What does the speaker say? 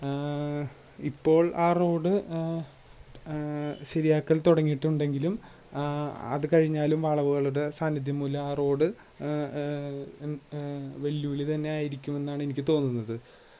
ഇപ്പോള് ആ റോഡ് ശരിയാക്കല് തുടങ്ങിയിട്ടുണ്ടെങ്കിലും അത് കഴിഞ്ഞാലും വളവുകളുടെ സാന്നിധ്യം മൂലം ആ റോഡ് വെല്ലുവിളി തന്നെ ആയിരിക്കുമെന്നാണ് എനിക്ക് തോന്നുന്നത്